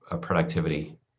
productivity